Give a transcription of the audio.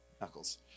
knuckles